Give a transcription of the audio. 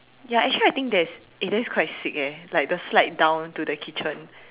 ya actually I think that's eh that's quite sick eh like the slide down to the kitchen